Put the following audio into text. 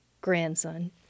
grandson